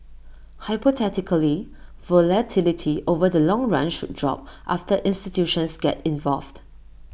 hypothetically volatility over the long run should drop after institutions get involved